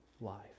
life